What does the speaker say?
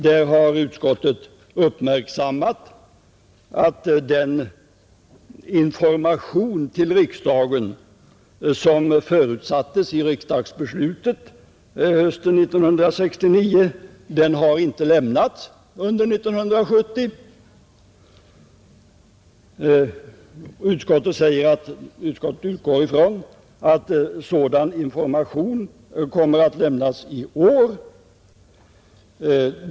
Där har utskottet uppmärksammat att den information till riksdagen som förutsattes i riksdagsbeslutet hösten 1969 inte har lämnats under 1970, Utskottet säger att det utgår ifrån att sådan information kommer att lämnas i år.